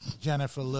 Jennifer